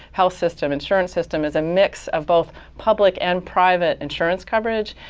health system, insurance system, is a mix of both public and private insurance coverage,